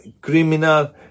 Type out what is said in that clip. criminal